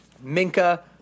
minka